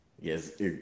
Yes